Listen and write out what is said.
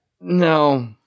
No